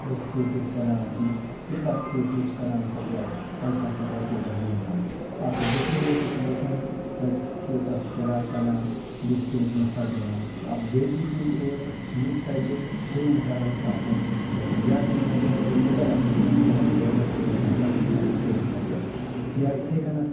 tractor through چھِ أسۍ کَران ٹِپَر تھرٛوٗ چھِ أسۍ کَران سپلَے پتہٕ چھِ تَتھ پٮ۪ٹھ رۄپیہِ دَہ زینان اَکھ ڈِپرٕ وول تہِ چھُ بَچان کیٛازِ کہِ سُہ چھُ تَتھ کِرایہ کَڑان بیٚیہِ چھِ تَمیُک نَفا زینان اَکھ جے سی پی وول یُس تَتہِ کٲم کَران چھُ آسان سُہ تہِ چھُ بَچان یا تَمہِ وَغٲر اگر لیبَر آسَن کٲم کَران لیبَر چھِ بچان تَتھ پٮ۪ٹھ یہِ چھِ اَکھ رِسورٕس اَسہِ یا یِتھَے کٔنٮ۪تھ